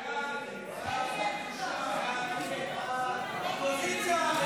ההצעה להעביר את הצעת חוק